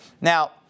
Now